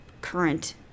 current